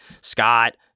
Scott